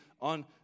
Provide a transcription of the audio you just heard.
on